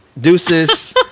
Deuces